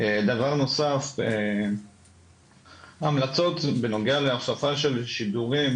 דבר נוסף המלצות בנוגע להוספה של שידורים,